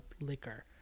liquor